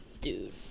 dude